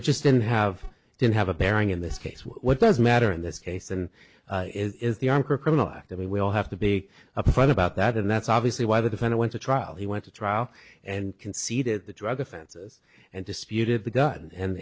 it just didn't have didn't have a bearing in this case what does matter in this case and is the anchor criminal act i mean we all have to be upfront about that and that's obviously why the defense went to trial he went to trial and conceded the drug offenses and disputed the gun and